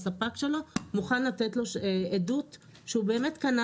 הספק שלו מוכן לתת לו עדות שהוא באמת קנה